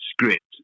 script